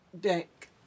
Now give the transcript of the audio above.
deck